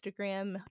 instagram